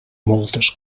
moltes